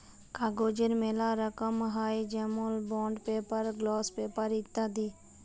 কাগজের ম্যালা রকম হ্যয় যেমল বন্ড পেপার, গ্লস পেপার ইত্যাদি